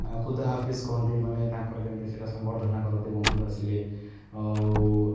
ଖୁଦାହାଫିସ୍ କହନ୍ତି ମାନେ ତାଙ୍କର ଯେମିତି ସେଟା ସମ୍ବର୍ଦ୍ଧନା କରନ୍ତି ବନ୍ଧୁ ଆସିଲେ ଆଉ